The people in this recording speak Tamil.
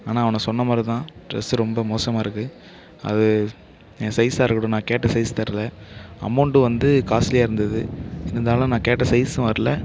ஆனால் அவனோ சொன்ன மாரி தான் ட்ரெஸ்ஸு ரொம்ப மோசமாக இருக்கு அது ஏன் சைஸாக இருக்கட்டும் நான் கேட்ட சைஸ் தரல அமௌன்ட்டு வந்து காஸ்ட்லியாக இருந்துது இருந்தாலும் நான் கேட்ட சைஸ்ஸும் வரல